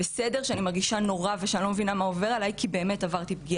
אני פשוט אומרת שזה לא חייב להיות איזה שהוא הליך ארוך טווח.